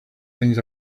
things